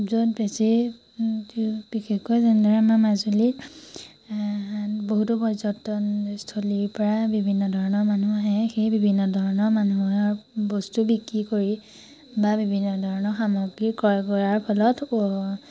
য'ত বেছি বিশেষকৈ যেনেদৰে আমাৰ মাজুলীত বহুতো পৰ্যটনস্থলীৰ পৰা বিভিন্ন ধৰণৰ মানুহ আহে সেই বিভিন্ন ধৰণৰ মানুহৰ বস্তু বিক্ৰী কৰি বা বিভিন্ন ধৰণৰ সামগ্ৰী ক্ৰয় কৰাৰ ফলত